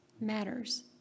matters